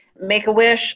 Make-A-Wish